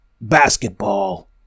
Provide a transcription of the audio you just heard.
basketball